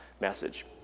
message